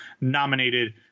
nominated